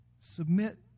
Submit